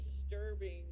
disturbing